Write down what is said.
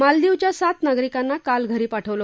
मालदीवच्या सात नागरिकांना काल घरी पाठवलं